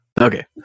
okay